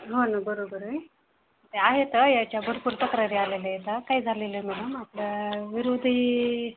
हो नां बरोबर आहे ते आहेत याच्या भरपूर तक्रारी आलेल्या आहेत काय झालेलं आहे मॅडम आपल्या विरोधी